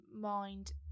mind